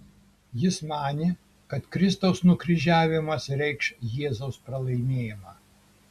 jis manė kad kristaus nukryžiavimas reikš jėzaus pralaimėjimą